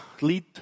lead